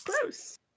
close